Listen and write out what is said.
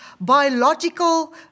biological